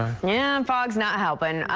yeah and fog is not helping.